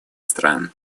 стран